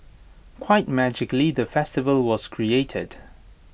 quite magically the festival was created